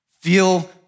Feel